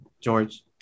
George